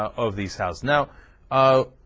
of these house now ah.